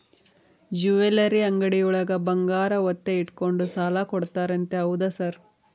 Jewellery ಅಂಗಡಿಯೊಳಗ ಬಂಗಾರ ಒತ್ತೆ ಇಟ್ಕೊಂಡು ಸಾಲ ಕೊಡ್ತಾರಂತೆ ಹೌದಾ ಸರ್?